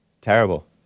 Terrible